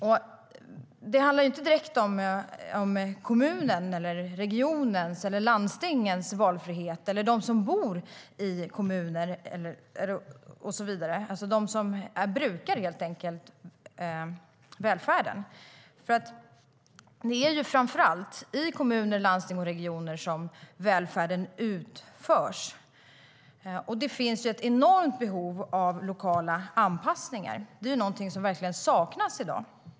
Det här handlar inte direkt om kommunens, regionens eller landstingens valfrihet eller om valfriheten för dem som bor i kommunen - de som är brukare av välfärden. Det är framför allt i kommuner, landsting och regioner som uppgifter inom välfärden utförs. Det finns ett enormt behov av lokala anpassningar. Det är något som verkligen saknas i dag.